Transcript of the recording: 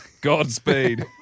Godspeed